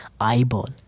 eyeball